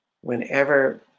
whenever